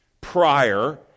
prior